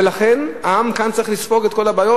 ולכן העם כאן צריך לספוג את כל הבעיות?